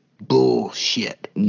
bullshit